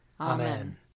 Amen